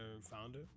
founder